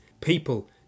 people